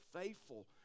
faithful